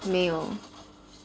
没有